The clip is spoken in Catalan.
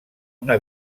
una